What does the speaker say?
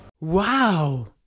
Wow